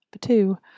two